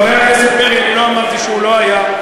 חבר הכנסת פרי, אני לא אמרתי שהוא לא היה,